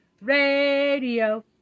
radio